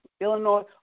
Illinois